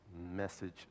Message